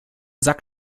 sack